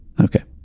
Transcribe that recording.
Okay